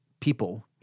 people